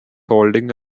holding